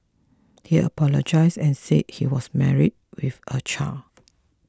he apologise and say he was married with a child